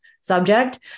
subject